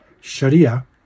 sharia